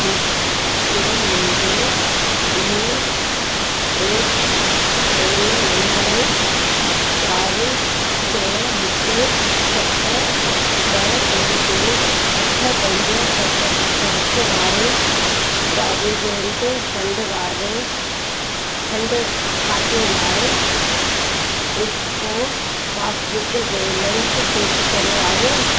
मूंखे मुंहिंजे U A N number चारि छह हिकु सत ॿ टे टे अठ पंज सत सत हिकु वारे प्रावेजेंट फंड वारे खंड खाते लाइ EPFO passbook balance check करियो आहे